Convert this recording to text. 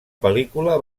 pel·lícula